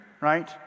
right